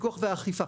הפיקוח והאכיפה.